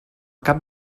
cap